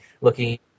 looking